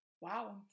Wow